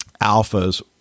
alphas